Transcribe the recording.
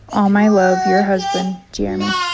all my love, your husband, jeremy.